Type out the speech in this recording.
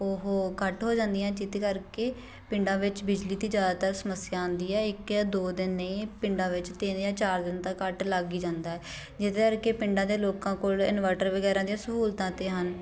ਉਹ ਕੱਟ ਹੋ ਜਾਂਦੀਆਂ ਏ ਜਿਹਦੇ ਕਰਕੇ ਪਿੰਡਾਂ ਵਿੱਚ ਬਿਜਲੀ ਦੀ ਜ਼ਿਆਦਾਤਰ ਸਮੱਸਿਆ ਆਉਂਦੀ ਹੈ ਇੱਕ ਜਾਂ ਦੋ ਦਿਨ ਨਹੀਂ ਪਿੰਡਾਂ ਵਿੱਚ ਤਿੰਨ ਜਾਂ ਚਾਰ ਦਿਨ ਤਾਂ ਕੱਟ ਲੱਗ ਹੀ ਜਾਂਦਾ ਹੈ ਜਿਹਦੇ ਕਰਕੇ ਪਿੰਡਾਂ ਦੇ ਲੋਕਾਂ ਕੋਲ ਇਨਵਰਟਰ ਵਗੈਰਾ ਦੀਆਂ ਸਹੂਲਤਾਂ ਤਾਂ ਹਨ